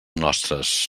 nostres